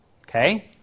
Okay